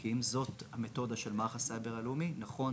כי אם זאת המתודה של מערך הסייבר הלאומי, נכון